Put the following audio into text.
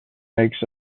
makes